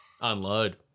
unload